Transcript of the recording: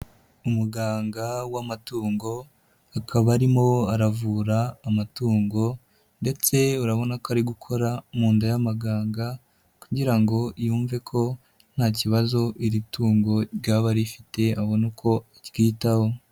Umuganga w'amatungo, akaba arimo aravura amatungo ndetse urabona ko ari gukora mu nda y'amaganga kugira ngo yumve ko nta kibazo iri tungo ryaba rifite abone uko aryitaho.